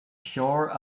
shore